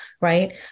right